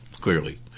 clearly